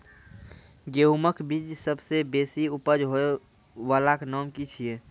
गेहूँमक बीज सबसे बेसी उपज होय वालाक नाम की छियै?